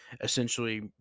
essentially